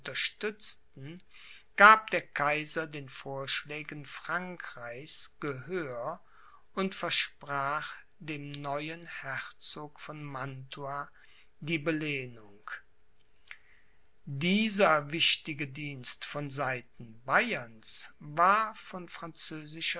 unterstützten gab der kaiser den vorschlägen frankreichs gehör und versprach dem neuen herzog von mantua die belehnung dieser wichtige dienst von seiten bayerns war von